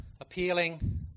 appealing